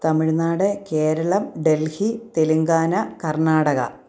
Tamil Nadu Keralam Delhi Telangana Karnataka